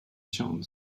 chance